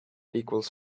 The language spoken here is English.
equals